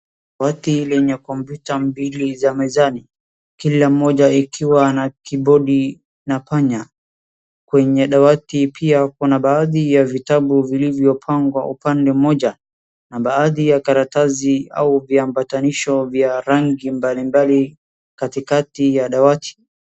Dawati lenye tarakilishi mbili za mezani, kila moja ikiwa na kibodi na panya. Kwenye dawati pia kuna baadhi vitabu vilivyopangwa upande moja. Na baadhi ya karatasi au viambatanisho vya rangi mbali mbali katikati ya dawati.